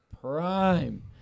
prime